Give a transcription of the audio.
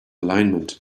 alignment